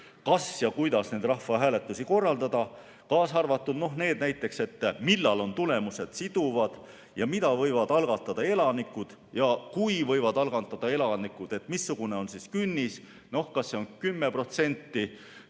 kas ja kuidas neid rahvahääletusi korraldada, kaasa arvatud näiteks selle kohta, millal on tulemused siduvad ja mida võivad algatada elanikud ja kui võivad algatada elanikud, siis missugune on künnis, kas see on 10%